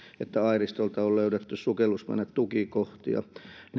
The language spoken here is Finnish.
että airistolta on löydetty sukellusvenetukikohtia